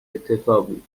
اتفاقی